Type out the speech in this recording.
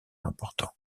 important